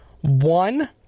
One